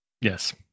Yes